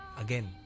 again